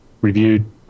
reviewed